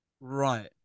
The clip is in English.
Right